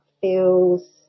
feels